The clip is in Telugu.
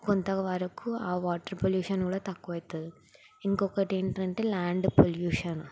కొంత వరకు ఆ వాటర్ పొల్యూషన్ కూడా తక్కువవుతుంది ఇంకొకటి ఏంటంటే ల్యాండ్ పొల్యూషన్